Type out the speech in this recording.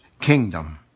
kingdom